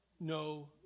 no